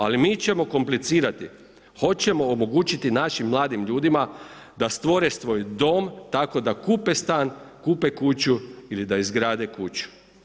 Ali mi ćemo komplicirati, hoćemo omogućiti našim mladim ljudima da stvore svoj dom tako da kupe stan, kupe kuću ili da izgrade kuću.